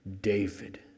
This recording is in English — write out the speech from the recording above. David